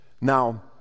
Now